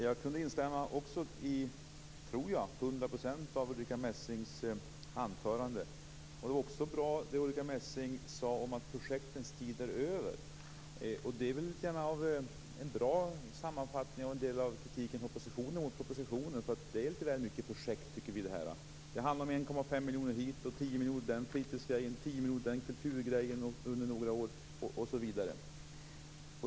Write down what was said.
Fru talman! Också jag kan till hundra procent instämma i Ulrica Messings anförande. Det var bra det där som Ulrica Messing sade om att projektens tid är över. Det är en bra sammanfattning av kritiken mot propositionen, att den innehåller litet väl många projekt. Det handlar om 1,5 miljoner till den fritidsgrejen, 10 miljoner till den kulturgrejen osv.